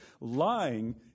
lying